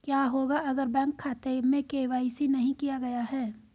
क्या होगा अगर बैंक खाते में के.वाई.सी नहीं किया गया है?